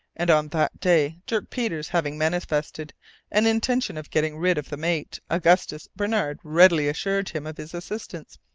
and on that day, dirk peters having manifested an intention of getting rid of the mate, augustus barnard readily assured him of his assistance,